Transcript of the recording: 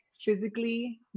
physically